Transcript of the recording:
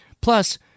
Plus